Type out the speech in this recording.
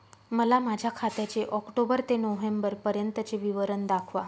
मला माझ्या खात्याचे ऑक्टोबर ते नोव्हेंबर पर्यंतचे विवरण दाखवा